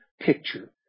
picture